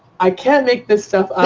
i can't make this stuff